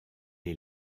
est